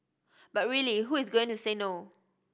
but really who is going to say no